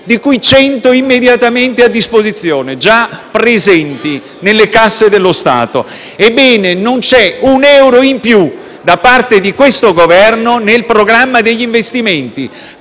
di cui 100 immediatamente a disposizione, già presenti nelle casse dello Stato. Ebbene non c'è un euro in più da parte del Governo nel programma degli investimenti